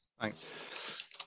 thanks